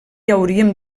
haurien